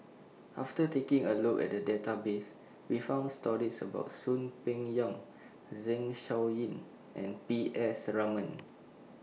after taking A Look At The Database We found stories about Soon Peng Yam Zeng Shouyin and P S Raman